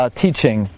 teaching